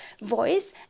voice